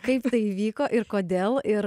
kaip tai įvyko ir kodėl ir